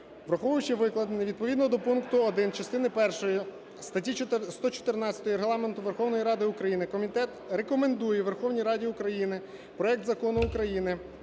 Враховуючи викладене, відповідно до пункту 1 частини першої статті 114 Регламенту Верховної Ради України комітет рекомендує Верховній Раді України проект Закону України